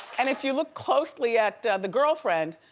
and if you look closely at the girlfriend,